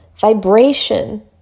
Vibration